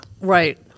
Right